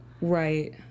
Right